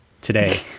today